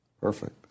Perfect